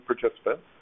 participants